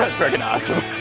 friggin awesome!